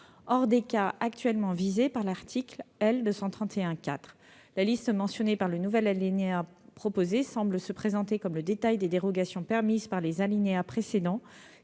hors des cas actuellement visés par l'article L. 231-4. La liste mentionnée par le nouvel alinéa proposé semble se présenter comme le détail des dérogations permises par les alinéas précédents,